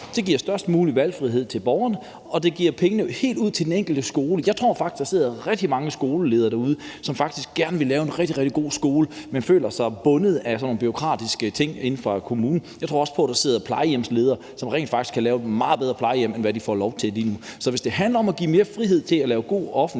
Det giver størst mulig valgfrihed til borgerne, og det giver dem pengene helt ude på den enkelte skole. Jeg tror faktisk, at der sidder rigtig mange skoleledere derude, som faktisk gerne vil lave en rigtig, rigtig god skole, men føler sig bundet af sådan nogle bureaukratiske ting inde fra kommunen. Jeg tror også på, at der sidder plejehjemsledere, som rent faktisk kan lave meget bedre plejehjem, end hvad de får lov til lige nu. Så hvis det handler om at give mere frihed til at lave god offentlig